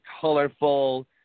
colorful